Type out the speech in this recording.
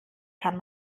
kann